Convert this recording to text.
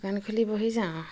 দোকান খুলি বহি যাওঁ